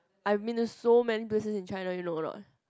I mean so many persons in China you know a lot